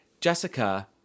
Jessica